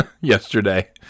yesterday